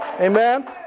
Amen